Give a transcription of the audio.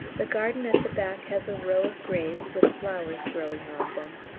the garden at the back has a row of graves with flowers growing on them,